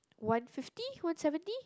one fifty one seventy